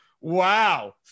wow